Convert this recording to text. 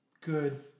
good